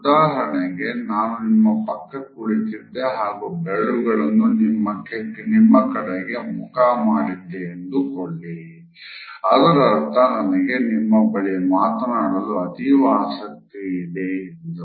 ಉದಾಹರಣೆಗೆ ನಾನು ನಿಮ್ಮ ಪಕ್ಕ ಕುಳಿತಿದ್ದೆ ಹಾಗು ಬೆರಳುಗಳು ನಿಮ್ಮ ಕಡೆಗೆ ಮುಖ ಮಾಡಿದ್ದೆ ಎಂದು ಕೊಳ್ಳಿ ಅದರರ್ಥ ನನಗೆ ನಿಮ್ಮ ಬಳಿ ಮಾತನಾಡಲು ಅತೀವ ಆಸಕ್ತಿ ಇದೆ ಎಂದು